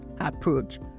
approach